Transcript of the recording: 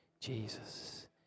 Jesus